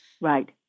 Right